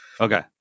Okay